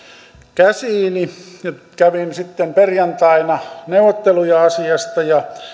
käsiini ja kävin sitten perjantaina neuvotteluja asiasta ja